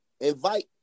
invite